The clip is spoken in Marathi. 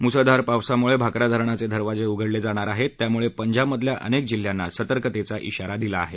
मुसळधार पावसामुळे भाक्रा धरणाचे दरवाजे उघडले जाणार आहेत त्यामुळे पंजाबधल्या अनेक जिल्ह्यांना सतर्कतेच्या इशारा दिला आहे